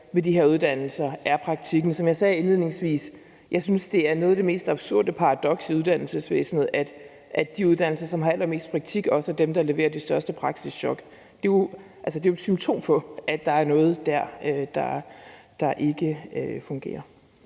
ved de her uddannelser, er praktikken. Som jeg sagde indledningsvis, synes jeg, at det er et af de mest absurde paradokser i uddannelsesvæsenet, at de uddannelser, som har allermest praktik, også er dem, der leverer det største praksischok. Det er jo et symptom på, at der er noget dér, der ikke fungerer.